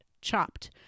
chopped